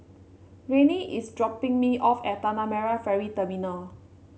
Renae is dropping me off at Tanah Merah Ferry Terminal